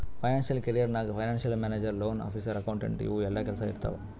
financial career ನಾಗ್ financial manager, loan officer, accountant ಇವು ಎಲ್ಲಾ ಕೆಲ್ಸಾ ಇರ್ತಾವ್